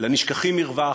לנשכחים ירווח,